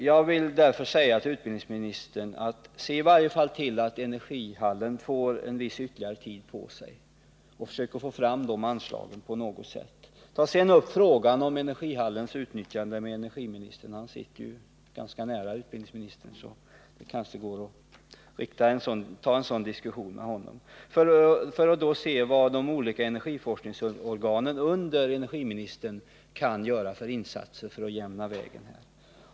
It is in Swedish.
Min allvarliga vädjan till utbildningsministern är därför: Se i varje fall till att en viss ytterligare tid anslås för frågan om energihallen och försök att få fram anslagen på något sätt. Ta sedan upp frågan om energihallens utnyttjande med energiministern och diskutera vilka insatser de olika energiforskningsorganen under honom kan göra för att jämna vägen.